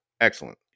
Excellent